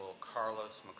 Carlos